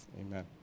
Amen